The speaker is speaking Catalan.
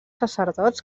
sacerdots